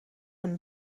een